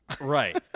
Right